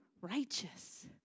righteous